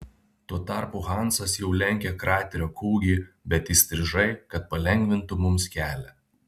tuo tarpu hansas jau lenkė kraterio kūgį bet įstrižai kad palengvintų mums kelią